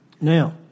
Now